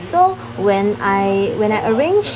so when I when I arrange